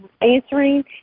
answering